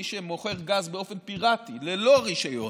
מי שמוכר גז באופן פיראטי ללא רישיון,